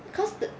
cause the